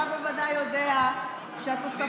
אתה בוודאי יודע שהתוספות,